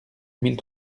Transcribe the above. mille